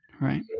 right